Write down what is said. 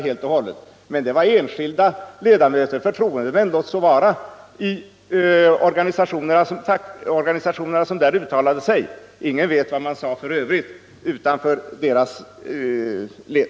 Men det var enskilda ledamöter — låt vara förtroendemän -— i organisationerna som där uttalade sig. Ingen vet vad man sade utanför deras led.